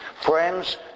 Friends